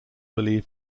believed